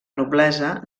noblesa